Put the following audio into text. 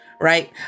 right